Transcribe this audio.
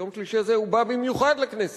ביום שלישי הזה הוא בא במיוחד לכנסת